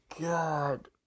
god